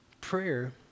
prayer